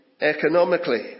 Economically